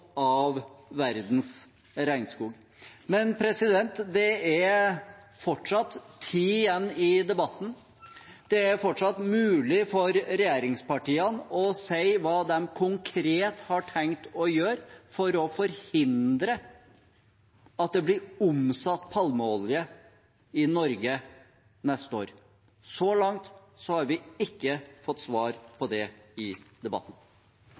av verdens regnskog. Det er fortsatt tid igjen i debatten. Det er fortsatt mulig for regjeringspartiene å si hva de konkret har tenkt å gjøre for å forhindre at det blir omsatt palmeolje i Norge neste år. Så langt i debatten har vi ikke fått svar på